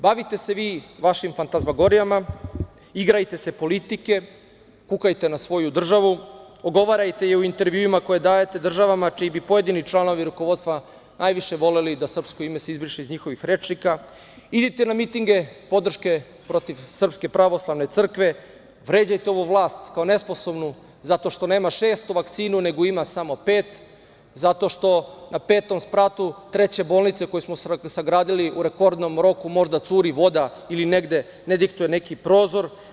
Bavite se vi vašim fantazmagorijama, igrajte se politike, kukajte na svoju državu, ogovarajte je u intervjuima koje dajete državama čiji bi pojedini članovi rukovodstva najviše voleli da se srpsko ime izbriše iz njihovih rečnika, idite na mitinge podrške protiv SPC, vređajte ovu vlast kao nesposobnu zato što nema šestu vakcinu, nego ima samo pet, zato što na petom spratu treće bolnice koju smo sagradili u rekordnom roku možda curi voda ili negde ne dihtuje neki prozor.